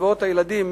קצבאות הילדים.